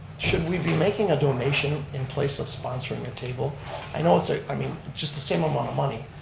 should we be making a donation in place of sponsoring a table i know it's a, i mean, just the same amount of money.